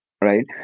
right